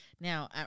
Now